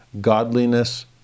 godliness